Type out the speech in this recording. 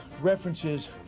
references